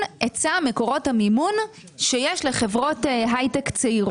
היצע מקורות המימון שיש לחברות הייטק צעירות.